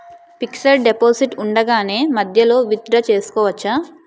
Fixed deposit ఉండగానే మధ్యలో withdraw చేసుకోవచ్చా?